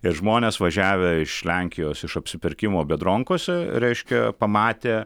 ir žmonės važiavę iš lenkijos iš apsipirkimo bedronkose reiškia pamatė